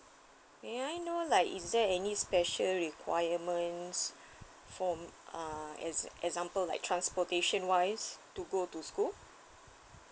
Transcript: may I know like is there any special requirements from uh ex~ example like transportation wise to go to school